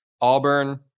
Auburn